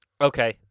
okay